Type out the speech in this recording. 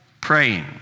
praying